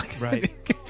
Right